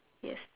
yes